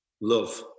love